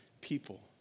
people